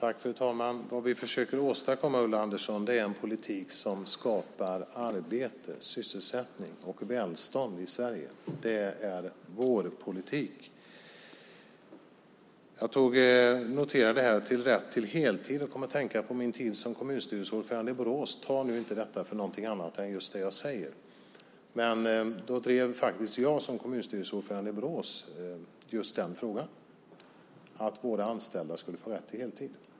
Fru talman! Vad vi försöker att åstadkomma, Ulla Andersson, är en politik som skapar arbete, sysselsättning och välstånd i Sverige. Det är vår politik. Jag noterade det här med rätt till heltid och kom att tänka på min tid som kommunstyrelseordförande i Borås. Ta nu inte detta för något annat än just det jag säger, men då drev faktiskt jag just denna fråga - att våra anställda skulle få rätt till heltid.